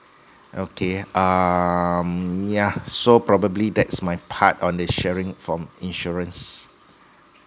okay err yeah so probably that's my part on the sharing from insurance